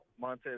Montez